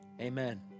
Amen